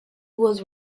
was